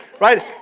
right